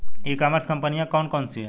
ई commerce कंपनियाँ कौन कौन सी हैं?